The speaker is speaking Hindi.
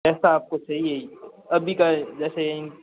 जैसा आपको चाहिए है अभी का जैसे इन